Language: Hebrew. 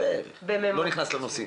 אני לא נכנס לנושאים.